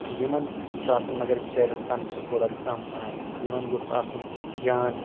یِمن چھُ آسان مَگر بِچارین تَنخاہ تھوڑا کَم پہن یِمن گوٚژ آسُن جان